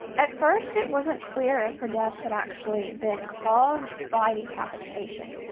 at first, it wasn't clear if her death had actually been caused by decapitation.